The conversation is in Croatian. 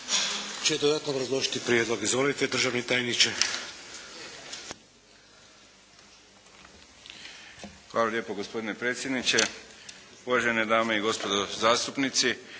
će dodatno obrazložiti prijedlog. Izvolite državni tajniče. **Ružinski, Nikola** Hvala lijepo gospodine predsjedniče, uvažene dame i gospodo zastupnici.